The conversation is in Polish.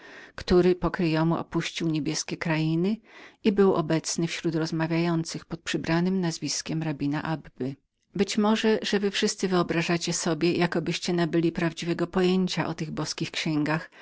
który pokryjomu opuścił niebieskie krainy i był obecnym na zgromadzeniu pod przybranem nazwiskiem rabina abby być może że wy wszyscy wyobrażacie sobie jakobyście nabyli prawdziwego pojęcia o tych boskich księgach